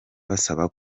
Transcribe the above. basaba